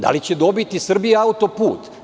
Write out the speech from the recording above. Da li će dobiti "Srbija autoput"